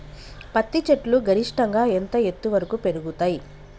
పత్తి చెట్లు గరిష్టంగా ఎంత ఎత్తు వరకు పెరుగుతయ్?